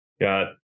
Got